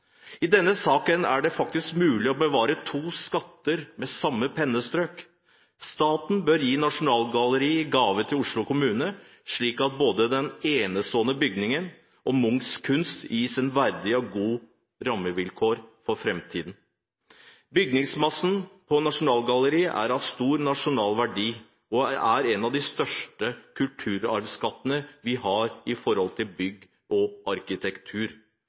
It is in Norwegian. I denne saken er det faktisk mulig å bevare to skatter med samme pennestrøk. Staten bør gi Nasjonalgalleriet i gave til Oslo kommune, slik at både den enestående bygningen og Munchs kunst gis verdige og gode rammevilkår for fremtiden. Bygningsmassen på Nasjonalgalleriet er av stor nasjonal verdi og er en av de største kulturarvskattene vi har når det gjelder bygg og arkitektur.